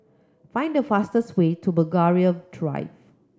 find the fastest way to Belgravia Drive